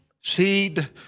seed